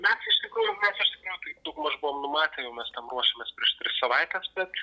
mes iš tikrųjų mes iš tikro tai daugmaž buvom numatę jau mes tam ruošėmės prieš tris savaites bet